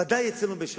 ודאי אצלנו בש"ס,